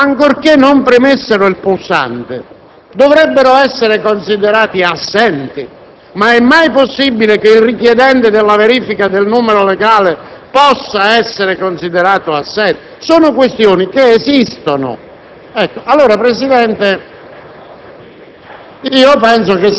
i richiedenti della verifica del numero legale, ancorché non premessero il pulsante, dovrebbero essere considerati assenti? Ma è mai possibile che il richiedente della verifica del numero legale possa essere considerato assente? Sono questioni che esistono.